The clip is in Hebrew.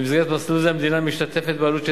במסגרת מסלול זה המדינה משתתפת בעלות של